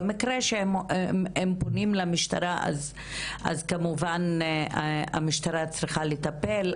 במקרה שהם פונים למשטרה אז כמובן שהמשטרה צריכה לטפל.